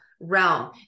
realm